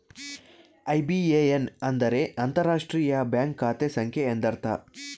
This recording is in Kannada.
ಐ.ಬಿ.ಎ.ಎನ್ ಅಂದರೆ ಅಂತರರಾಷ್ಟ್ರೀಯ ಬ್ಯಾಂಕ್ ಖಾತೆ ಸಂಖ್ಯೆ ಎಂದರ್ಥ